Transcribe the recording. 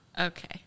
Okay